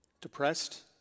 depressed